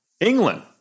England